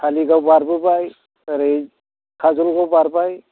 धालिगाव बारबोबाय ओरै काजोलगाव बारबाय